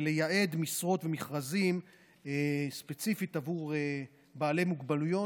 ולייעד משרות ומכרזים ספציפית עבור בעלי מוגבלויות,